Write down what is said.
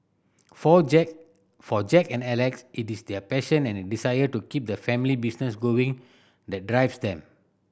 for Jack for Jack and Alex it is their passion and desire to keep the family business going that drives them